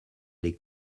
les